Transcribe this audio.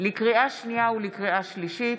לקריאה שנייה ולקריאה שלישית,